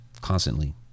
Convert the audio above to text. constantly